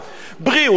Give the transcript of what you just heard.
בריאות חינם,